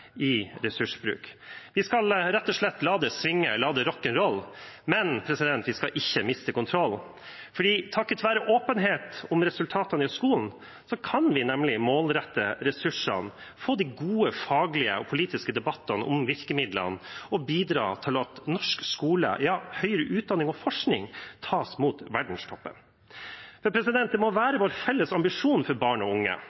i ressursbruk. Vi skal rett og slett «la det swinge, la det rock ‘n’ roll», men vi skal ikke miste «kontroll», for takket være åpenhet om resultatene i skolene kan vi nemlig målrette ressursene, få de gode faglige og politiske debattene om virkemidlene og bidra til at norsk skole, ja høyere utdanning og forskning, tas mot verdenstoppen. Det må være vår felles ambisjon for barn og unge